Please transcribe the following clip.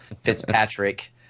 Fitzpatrick